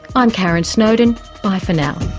i'm karon snowdon. bye for now.